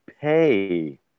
pay